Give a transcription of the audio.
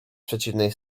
przeciwnej